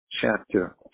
chapter